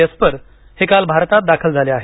Esper हे काल भारतात दाखल झाले आहेत